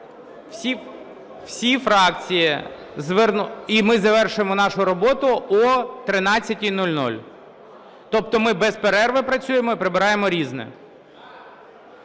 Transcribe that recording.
звернулись… І ми завершуємо нашу роботу о 13:00. Тобто ми без перерви працюємо і прибираємо "Різне".